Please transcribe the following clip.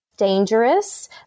dangerous